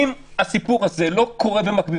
אם הסיפור הזה לא קורה במקביל,